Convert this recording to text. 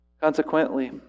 Consequently